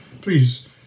please